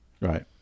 Right